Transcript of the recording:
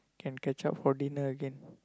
can catch up for dinner again